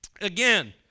Again